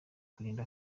kurinda